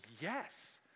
yes